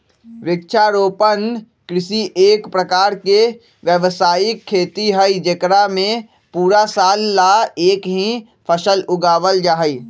वृक्षारोपण कृषि एक प्रकार के व्यावसायिक खेती हई जेकरा में पूरा साल ला एक ही फसल उगावल जाहई